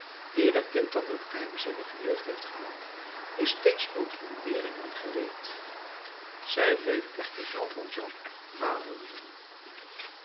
ieder kind dat een geheimzinnige jeugd heeft gehad is steeds tot ontberingen gereed zij bleef echter jean valjean vader noemen